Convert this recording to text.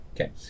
Okay